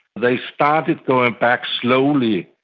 they started going back slowly,